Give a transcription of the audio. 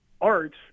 arts